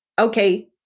okay